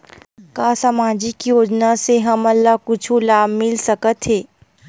का सामाजिक योजना से हमन ला कुछु लाभ मिल सकत हे?